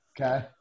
Okay